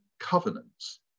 Covenants